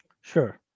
sure